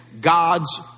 God's